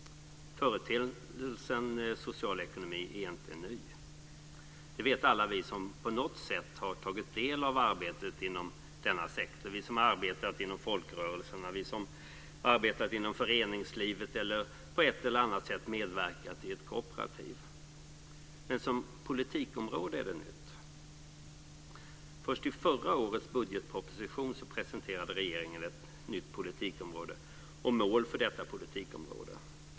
Företeelsen social ekonomi är inte ny. Det vet alla vi som på något sätt har tagit del av arbetet inom denna sektor, vi som arbetat inom folkrörelserna, vi som arbetat inom föreningslivet eller på ett eller annat sätt medverkat i ett kooperativ. Men som politikområde är det nytt. Först i förra årets budgetproposition presenterade regeringen ett nytt politikområde och mål för detta politikområde.